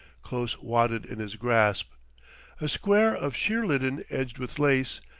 close wadded in his grasp a square of sheer linen edged with lace,